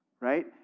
right